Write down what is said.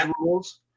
rules